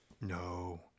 No